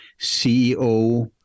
CEO